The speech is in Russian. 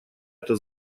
это